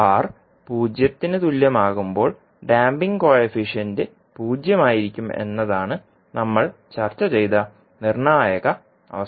R 0 ന് തുല്യമാകുമ്പോൾ damping coefficient 0 ആയിരിക്കും എന്നതാണ് നമ്മൾ ചർച്ച ചെയ്ത നിർണായക അവസ്ഥ